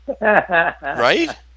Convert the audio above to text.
Right